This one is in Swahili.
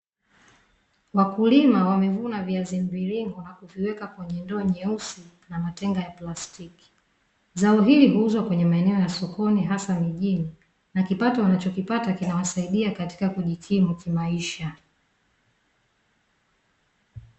Wakulima wamevuna viazi mviringo, na kuviweka kwenye ndoo nyeusi na matenga ya plastiki. Zao hili huuzwa kwenye maeneo ya sokoni hasa mijini, na kipato wanachokipata kinawasaidia katika kujikimu kimaisha.